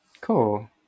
Cool